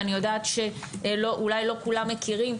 אני יודעת שאולי לא כולם מכירים.